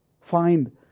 find